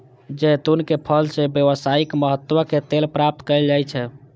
जैतूनक फल सं व्यावसायिक महत्व के तेल प्राप्त कैल जाइ छै